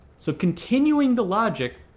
so, continuing the logic,